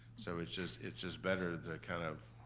so it's just it's just better the kind of.